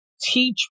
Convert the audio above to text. teach